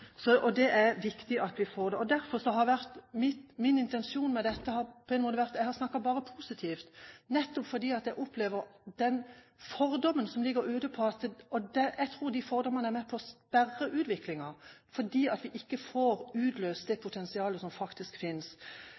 så dette er viktig. Derfor har min intensjon vært å snakke bare positivt, nettopp fordi jeg opplever de fordommene som ligger ute. Og jeg tror de fordommene er med på å sperre utviklingen, fordi vi ikke får utløst det potensialet som faktisk finnes.